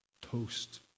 Toast